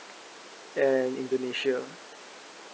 and indonesia